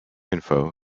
info